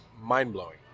mind-blowing